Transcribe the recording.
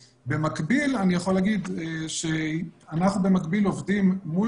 במקביל אני יכול להגיד שאנחנו עובדים במקביל מול